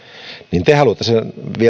niin te haluatte viedä sen viisi prosenttia